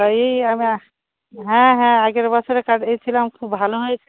ত এই আমি হ্যাঁ হ্যাঁ আগের বছরে গিয়েছিলাম খুব ভালো হয়েছিল